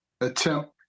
attempt